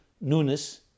newness